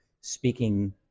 speaking